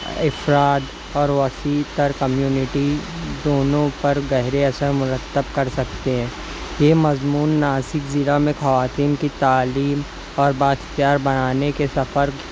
افراد اور وسیع تر کمیونٹی دونوں پر گہرے اثر مرتب کر سکتے ہیں یہ مضمون ناسک ضلع میں خواتین کی تعلیم اور بااختیار بنانے کے سفر